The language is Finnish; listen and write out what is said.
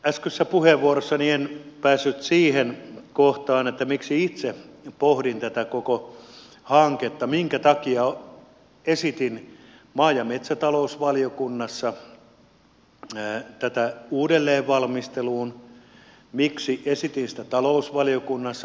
äskeisessä puheenvuorossani en päässyt siihen kohtaan miksi itse pohdin tätä koko hanketta minkä takia esitin maa ja metsätalousvaliokunnassa tätä uudelleen valmisteluun miksi esitin sitä talousvaliokunnassa uudelleen valmisteluun